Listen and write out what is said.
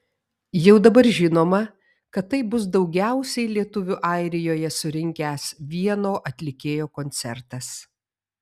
jau dabar žinoma kad tai bus daugiausiai lietuvių airijoje surinkęs vieno atlikėjo koncertas